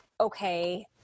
okay